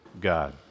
God